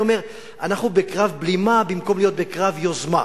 אני אומר שאנחנו בקרב בלימה במקום להיות בקרב יוזמה.